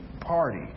party